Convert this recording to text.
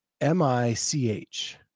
M-I-C-H